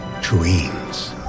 dreams